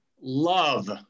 love